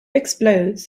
explodes